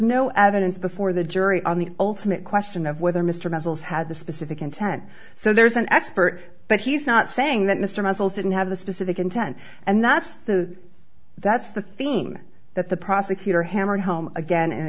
no evidence before the jury on the ultimate question of whether mr muzzles had the specific intent so there's an expert but he's not saying that mr muscles didn't have the specific intent and that's the that's the theme that the prosecutor hammered home again and